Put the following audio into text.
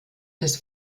des